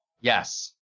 Yes